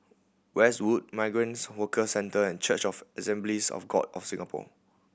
Westwood Migrant Workers Centre and Church of the Assemblies of God of Singapore